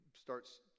starts